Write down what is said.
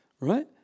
Right